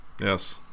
yes